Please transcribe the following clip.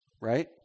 right